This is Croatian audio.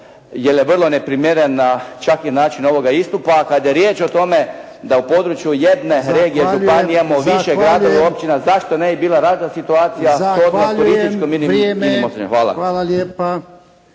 jer je vrlo neprimjeren čak i način ovog istupa. Kada je riječ o tome da u području jedne regije županijama u više gradova, općina zašto ne bi bila različita situacija shodno turističkim i inim ocjenama. Hvala.